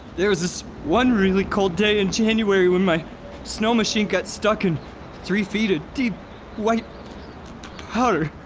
there was this one really cold day in january when my snow machine got stuck in three feet of deep white p-p-powder.